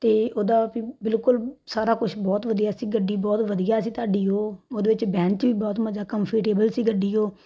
ਅਤੇ ਉਹਦਾ ਵੀ ਬਿਲਕੁਲ ਸਾਰਾ ਕੁਛ ਬਹੁਤ ਵਧੀਆ ਸੀ ਗੱਡੀ ਬਹੁਤ ਵਧੀਆ ਸੀ ਤੁਹਾਡੀ ਉਹ ਉਹਦੇ ਵਿੱਚ ਬਹਿਣ 'ਚ ਵੀ ਬਹੁਤ ਮਜ਼ਾ ਕੰਫੇਟੇਬਲ ਸੀ ਗੱਡੀ ਉਹ